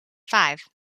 five